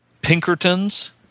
Pinkertons